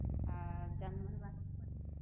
आ जानवर